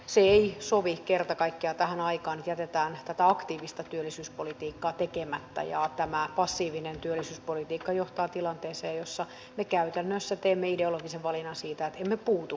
se ei sovi kerta kaikkiaan tähän aikaan että jätetään tätä aktiivista työllisyyspolitiikkaa tekemättä ja tämä passiivinen työllisyyspolitiikka johtaa tilanteeseen jossa me käytännössä teemme ideologisen valinnan siitä että emme puutu asioihin